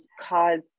cause